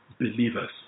believers